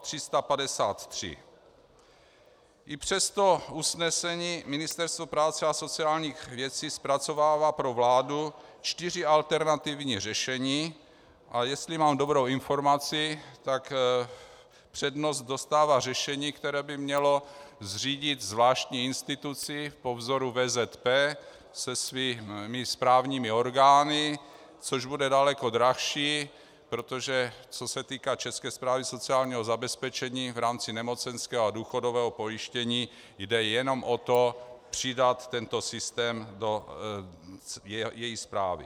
I přes to usnesení Ministerstvo práce a sociálních věcí zpracovává pro vládu čtyři alternativní řešení, a jestli mám dobrou informaci, přednost dostává řešení, které by mělo zřídit zvláštní instituci po vzoru VZP se svými správními orgány, což bude daleko dražší, protože co se týká České správy sociálního zabezpečení v rámci nemocenského a důchodového pojištění, jde jenom o to, přidat tento systém do její správy.